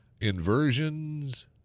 Inversions